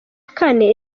kane